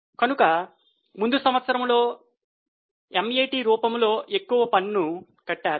కనుక ముందు సంవత్సరములో MAT రూపంలో ఎక్కువ పన్ను కట్టారు